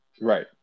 Right